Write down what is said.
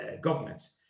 governments